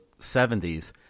70s